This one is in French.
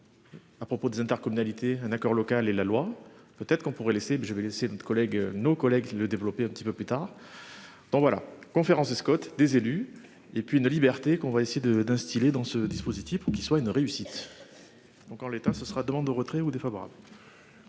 À propos des intercommunalités un accord local et la loi. Peut-être qu'on pourrait laisser mais je vais laisser notre collègue nos collègues de développer un petit peu plus tard. Donc voilà. Conférence et Scott des élus. Et puis une liberté qu'on va essayer de d'instiller dans ce dispositif, qui soit une réussite. Donc en l'état ce sera demande de retrait ou défavorables.